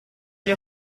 gli